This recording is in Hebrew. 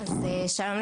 שלום,